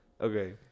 okay